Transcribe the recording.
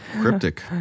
Cryptic